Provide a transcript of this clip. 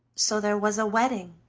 so there was a wedding,